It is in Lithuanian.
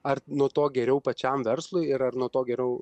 ar nuo to geriau pačiam verslui ir ar nuo to geriau